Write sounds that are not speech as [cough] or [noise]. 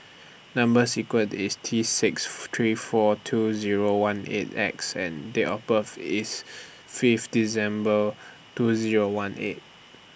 Number sequence IS T six [noise] three four two Zero one eight X and Date of birth IS five December two Zero one eight